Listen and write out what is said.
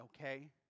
okay